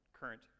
current